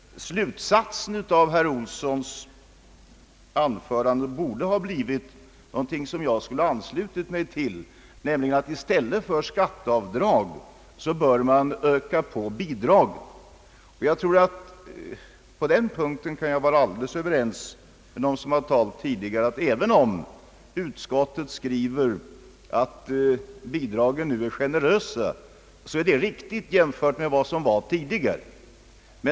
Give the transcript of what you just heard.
Slutsatsen av herr Olssons anförande borde ha blivit någonting som jag skulle ha anslutit mig till, nämligen att vi i stället för att medge skatteavdrag bör öka på bidragen. I så fall är jag helt överens med de föregående talarna. Då utskottet skriver att bidragen nu är generösa, så är det riktigt jämfört med vad som utgått tidigare.